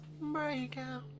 Breakout